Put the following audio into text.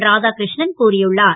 ராதாகிரு ணன் கூறியுள்ளார்